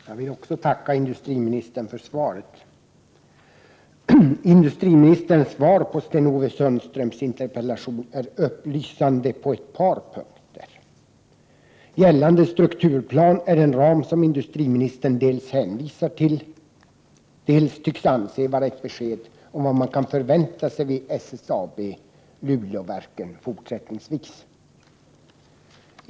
Herr talman! Industriministerns svar på Sten-Ove Sundströms interpellation är upplysande på ett par punkter. Gällande strukturplan är den ram som industriministern dels hänvisar till, dels tycks anse vara ett besked om vad man kan förvänta sig vid SSAB-Luleåverket fortsättningsvis.